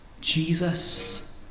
Jesus